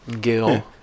Gil